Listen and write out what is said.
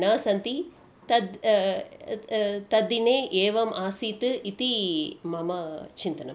न सन्ति तद् तद्दिने एवम् आसीत् इति मम चिन्तनम्